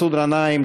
מסעוד גנאים,